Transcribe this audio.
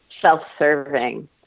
self-serving